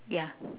yeah